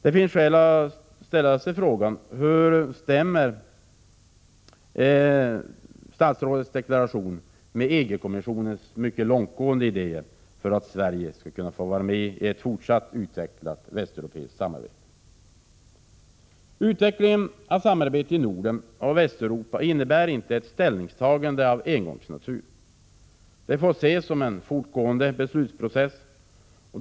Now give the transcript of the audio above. Det finns skäl att ställa frågan: Hur stämmer statsrådets deklaration med EG-kommissionens mycket långtgående idéer om vad som fordras för att Sverige skall kunna få vara med i ett fortsatt utvecklat västeuropeiskt samarbete? Utvecklingen av samarbetet i Norden och Västeuropa innebär inte ett ställningstagande av engångsnatur utan får ses som en fortgående beslutsprocess.